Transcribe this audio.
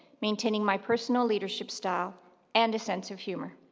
maintaining my personal leadership style and a sense of humor.